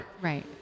Right